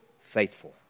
faithful